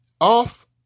off